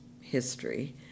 history